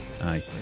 Aye